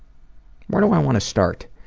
where do i want to start?